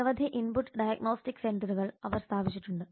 നിരവധി input diagnostic സെന്ററുകൾ അവർ സ്ഥാപിച്ചിട്ടുണ്ട്